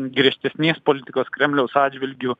griežtesnės politikos kremliaus atžvilgiu